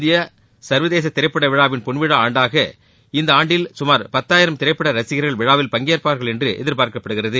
India சர்வதேச திரைப்பட விழாவின் பொன்விழா ஆண்டான இந்த ஆண்டில் சுமார் பத்தாயிரம் திரைப்பட ரசிகர்கள் விழாவில் பங்கேற்பார்கள் என்று எதிர்பார்க்கப்படுகிறது